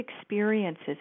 experiences